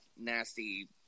nasty